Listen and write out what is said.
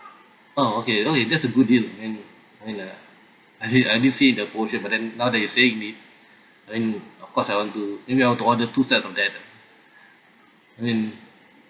oh okay okay that's a good deal and and uh I didn't I didn't see the portion but then now that you're saying it then of course I want to maybe I want to order two sets of that ah I mean